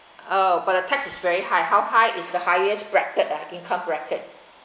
oh but the tax is very high how high is the highest bracket ah income bracket